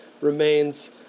remains